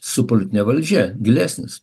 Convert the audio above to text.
su politine valdžia gilesnis